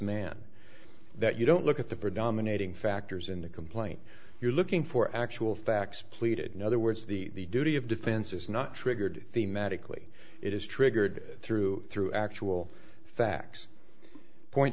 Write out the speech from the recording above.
mann that you don't look at the predominating factors in the complaint you're looking for actual facts pleaded no other words the duty of defense is not triggered the magically it is triggered through through actual facts point